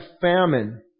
famine